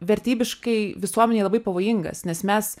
vertybiškai visuomenei labai pavojingas nes mes